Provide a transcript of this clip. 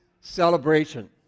celebration